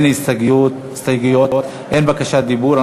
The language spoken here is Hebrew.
אין הסתייגויות ואין בקשת דיבור.